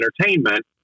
entertainment